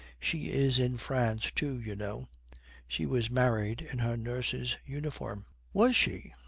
she is in france, too, you know she was married in her nurse's uniform was she?